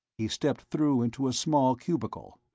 he stepped through into a small cubicle,